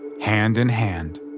hand-in-hand